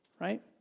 right